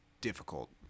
difficult